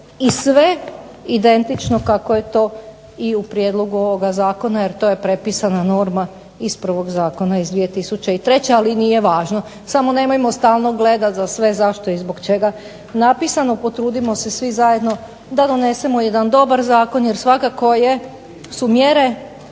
i sve identično kako je to i u prijedlogu ovoga zakona, jer to je prepisana norma iz prvog zakona iz 2003. Ali nije važno. Samo nemojmo stalno gledati za sve zašto i zbog čega napisano, potrudimo se svi zajedno da donesemo jedan dobar zakon, jer svakako je su mjere